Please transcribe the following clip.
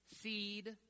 seed